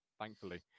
thankfully